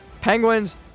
Penguins